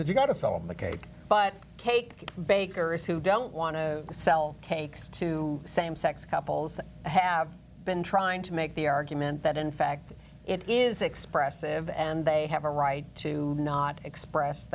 that you've got a cell in the cake but cake baker is who don't want to sell cakes to same sex couples that have been trying to make the argument that in fact it is expressive and they have a right to not express